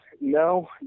No